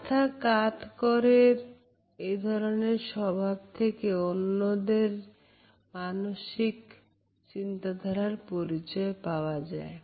মাথা কাঁধ করার এই ধরনের স্বভাব থেকে অন্যজনের মানসিক চিন্তাধারার পরিচয় পাওয়া যায়